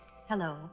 Hello